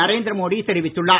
Narendra Modi தொிவித்துள்ளார்